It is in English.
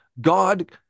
God